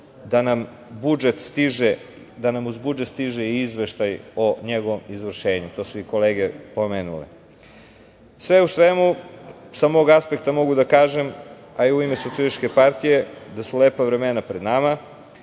da nam uz budžet stiže i izveštaj o njegovom izvršenju. To su i kolege pomenule. Sve u svemu, sa mog aspekta mogu da kažem, a i u ime SPS, da su lepa vremena pred nama,